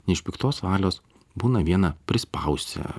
ne iš piktos valios būna vieną prispausi